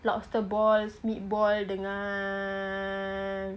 lobster balls meatballs dengan